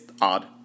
odd